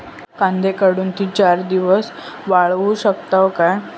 कांदो काढुन ती चार दिवस वाळऊ शकतव काय?